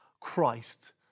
Christ